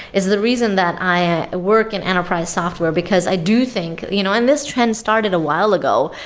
it's the reason that i work in enterprise software, because i do think you know and this trend started a while ago,